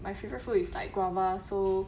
my favourite fruit is like guava so